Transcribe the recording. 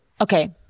Okay